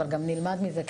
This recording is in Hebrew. אבל גם נלמד מזה,